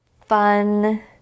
fun